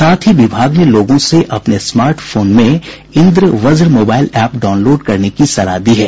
साथ ही विभाग ने लोगों से अपने स्मार्ट फोन में Indravajra mobile app download करने की सलाह दी है